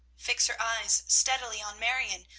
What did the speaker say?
fix her eyes steadily on marion,